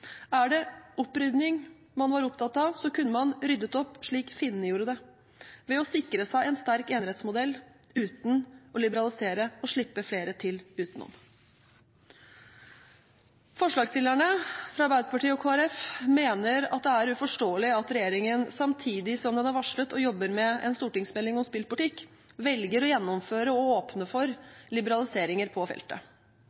det opprydning man var opptatt av, kunne man ryddet opp slik finnene gjorde det, ved å sikre seg en sterk enerettsmodell uten å liberalisere og slippe flere til utenom. Forslagsstillerne, fra Arbeiderpartiet og Kristelig Folkeparti, mener at det er uforståelig at regjeringen samtidig som den har varslet og jobber med en stortingsmelding om spillpolitikk, velger å gjennomføre og åpne for liberaliseringer på feltet.